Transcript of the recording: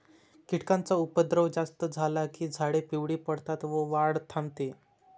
कीटकांचा उपद्रव जास्त झाला की झाडे पिवळी पडतात व वाढ थांबते